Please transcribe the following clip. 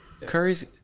Curry's